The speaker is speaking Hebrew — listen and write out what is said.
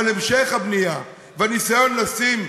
אבל המשך הבנייה והניסיון לשים,